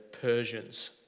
Persians